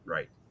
Right